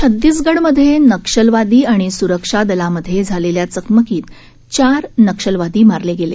छतीसगड मध्ये नक्षलवादी आणि सुरक्षा दलांमध्ये झालेल्या चकमकीत चार नक्षलवादी मारले गेले